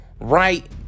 right